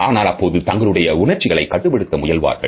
ஆனால் அப்போது தங்களுடைய உணர்ச்சிகளை கட்டுப்படுத்த முயல்வார்கள்